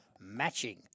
matching